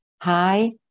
Hi